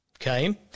okay